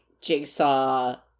Jigsaw